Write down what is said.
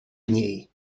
niej